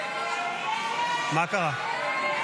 --- מה קרה?